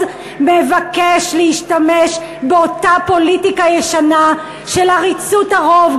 מבקש להשתמש באותה פוליטיקה ישנה של עריצות הרוב.